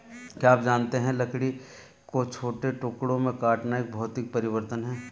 क्या आप जानते है लकड़ी को छोटे टुकड़ों में काटना एक भौतिक परिवर्तन है?